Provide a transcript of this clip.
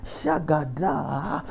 Shagada